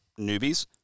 newbies